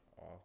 Off